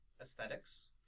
aesthetics